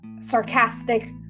sarcastic